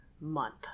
month